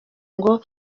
ngo